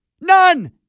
None